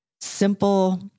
simple